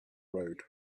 road